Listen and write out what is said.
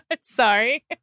sorry